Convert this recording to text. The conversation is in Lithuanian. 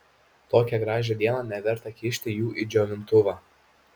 tokią gražią dieną neverta kišti jų į džiovintuvą